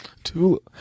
Two